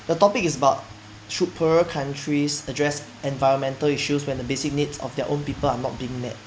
the topic is about should poorer countries address environmental issues when the basic needs of their own people are not being met